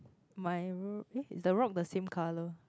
my eh is the rock the same colour